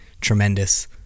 tremendous